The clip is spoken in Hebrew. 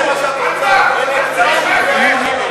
סעיף תקציבי 33,